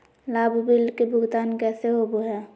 लाभ बिल के भुगतान कैसे होबो हैं?